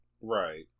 Right